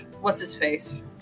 what's-his-face